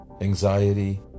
anxiety